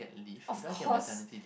of course